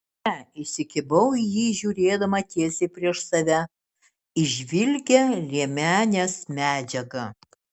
ne įsikibau į jį žiūrėdama tiesiai prieš save į žvilgią liemenės medžiagą